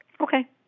Okay